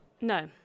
No